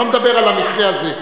אני לא מדבר על המקרה הזה,